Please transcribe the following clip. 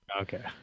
Okay